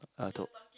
I told